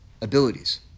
abilities